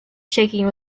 shaking